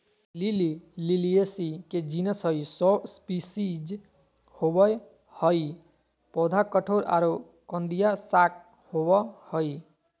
lily Liliaceae के genus हई, सौ स्पिशीज होवअ हई, पौधा कठोर आरो कंदिया शाक होवअ हई